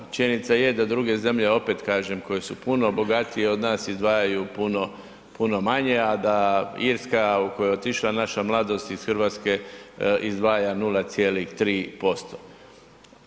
Činjenica je da druge zemlje, opet kažem, koje su puno bogatije od nas izdvajaju puno, puno manje, a da Irska u koju je otišla naša mladost iz Hrvatske izdvaja 0,3%